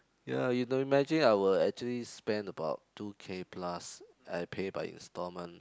ya you've to imagine I will actually spend about two K plus I pay by installment